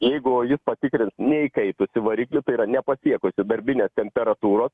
jeigu jis patikrins neįkaitusį variklį tai yra nepasiekusį darbinės temperatūros